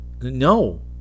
No